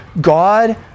God